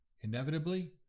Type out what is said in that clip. Inevitably